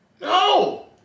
No